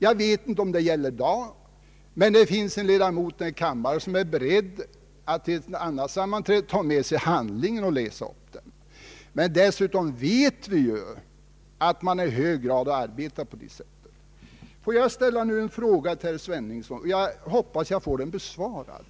Jag vet inte om detta system gäller i dag, men det finns i varje fall en ledamot här i kammaren som är beredd att till ett annat sammanträde ta med sig handlingen och styrka fakta. Vi vet att fackförbunden i hög grad arbetar på detta sätt. Den fråga jag nu ställer till herr Sveningsson hoppas jag få sakkunnigt besvarad.